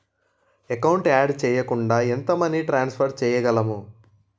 Account add చేయకుండా ఎంత money transfer చేయగలము?